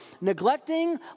Neglecting